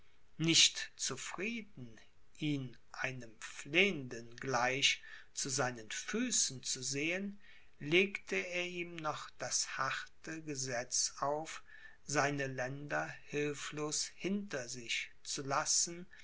nicht zufrieden ihn einem flehenden gleich zu seinen füßen zu sehen legte er ihm noch das harte gesetz auf seine länder hilflos hinter sich zu lassen